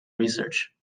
research